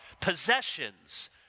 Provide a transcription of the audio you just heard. Possessions